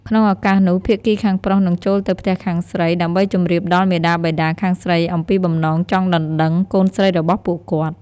ក្នុងឱកាសនោះ ភាគីខាងប្រុសនឹងចូលទៅផ្ទះខាងស្រី ដើម្បីជម្រាបដល់មាតាបិតាខាងស្រីអំពីបំណងចង់ដណ្ដឹងកូនស្រីរបស់ពួកគាត់។